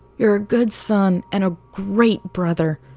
you're a good son and a great brother,